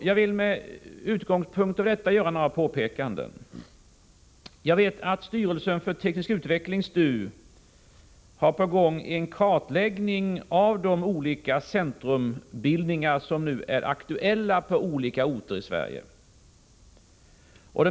Jag vill med utgångspunkt i detta göra några påpekanden. Jag vet att styrelsen för teknisk utveckling, STU, har på gång en kartläggning av de olika centrumbildningar som nu är aktuella på olika orter i Sverige.